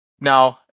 Now